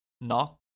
Knock